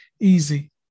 easy